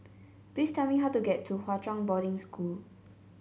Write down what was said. please tell me how to get to Hwa Chong Boarding School